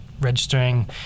registering